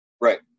Right